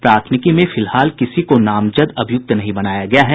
प्राथमिकी में फिलहाल किसी को नामजद अभिय्रक्त नहीं बनाया गया है